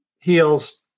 heels